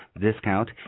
discount